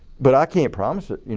but i can't promise it,